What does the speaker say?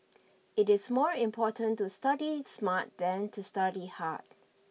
it is more important to study smart than to study hard